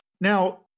Now